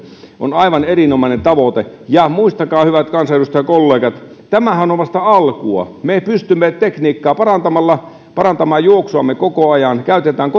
on aivan erinomainen tavoite ja muistakaa hyvät kansanedustajakollegat tämähän on on vasta alkua me pystymme tekniikkaa parantamalla parantamaan juoksuamme koko ajan käytetään